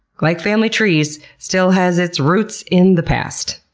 like family trees, still has its roots in the past.